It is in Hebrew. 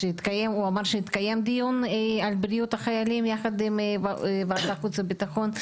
הוא אמר שהתקיים דיון על בריאות החיילים יחד עם ועדת חוץ וביטחון.